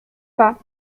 pas